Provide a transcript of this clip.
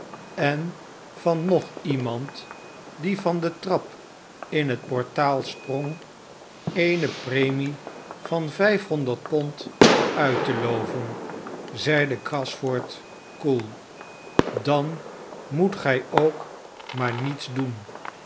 en van nog iemand die van de trap in het portaal sprong eene premie van vijfhonderd pond uit te loven zeide gashford koel dan moet gij ook maar niets doen